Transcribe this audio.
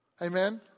Amen